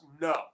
no